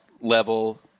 level